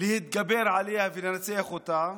להתגבר עליה ולנצח אותה?